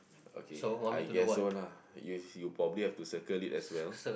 okay I guess so lah you you probably have to circle it as well